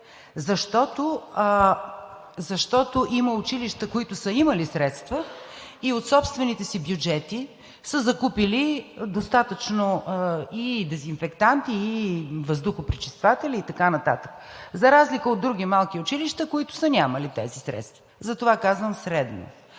на дете. Има училища, които са имали средства и от собствените си бюджети са закупили достатъчно дезинфектанти, въздухопречистватели и така нататък, за разлика от други малки училища, които са нямали тези средства и затова казвам средно.